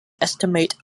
estimated